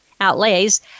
outlays